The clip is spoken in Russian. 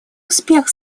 успех